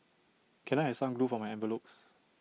can I have some glue for my envelopes